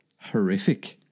horrific